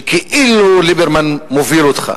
שכאילו ליברמן מוביל אותך.